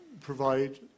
provide